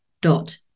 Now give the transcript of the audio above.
dot